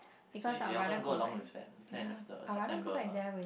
so you you're gonna go along with that plan of the September